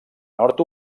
nord